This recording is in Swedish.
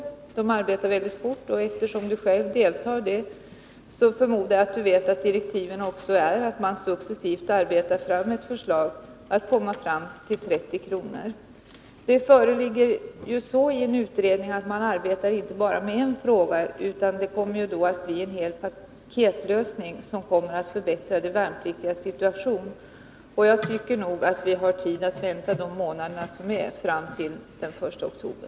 Kommittén arbetar mycket fort, och eftersom Karl-Erik Svartberg själv deltar i arbetet förmodar jag att han vet att direktiven också innebär att man successivt skall arbeta fram ett förslag om att komma fram till 30 kr. I utredningen arbetar man inte bara med en fråga, utan det kommer att bli cen paketlösning som kommer att förbättra de värnpliktigas situation. Jag tycker nog att vi har tid att vänta de månader som är fram till den 1 oktober.